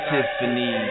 Tiffany